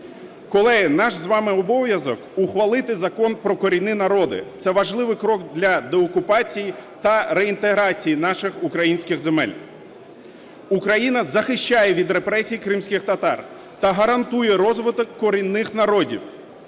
Колеги, наш з вами обов'язок ухвалити Закон про корінні народи – це важливий крок для деокупації та реінтеграції наших українських земель. Україна захищає від репресій кримських татар та гарантує розвиток корінних народів,